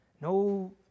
No